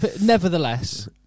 nevertheless